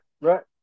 right